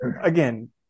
again